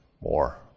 more